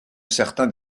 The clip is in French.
certains